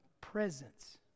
presence